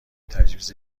تجویز